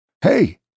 Hey